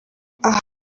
aha